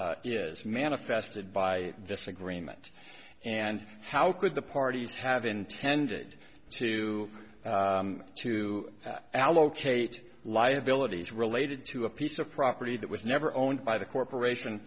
is manifested by this agreement and how could the parties have intended to to allocate liabilities related to a piece of property that was never owned by the corporation